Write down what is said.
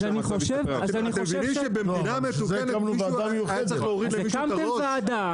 אז הקמתם ועדה,